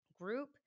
Group